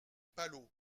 palot